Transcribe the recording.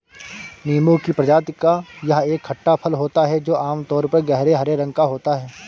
नींबू की प्रजाति का यह एक खट्टा फल होता है जो आमतौर पर गहरे हरे रंग का होता है